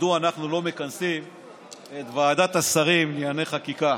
מדוע אנחנו לא מכנסים את ועדת השרים לענייני חקיקה